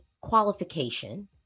qualification